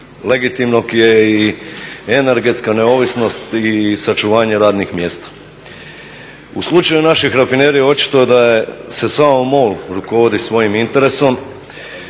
legitimnog je i energetska neovisnost i sačuvanje radnih mjesta. U slučaju naših rafinerija očito da se samo MOL rukovodi svojim interesom,